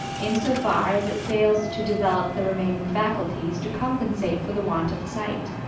in so far as it fails to develop the remaining faculties to compensate for the want of sight.